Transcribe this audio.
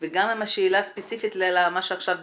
וגם אם השאלה ספציפית למה שעכשיו דיברנו.